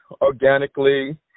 organically